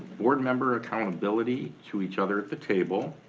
board member accountability to each other at the table,